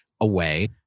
away